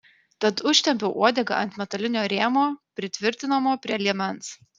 tad užtempiau uodegą ant metalinio rėmo pritvirtinamo prie liemens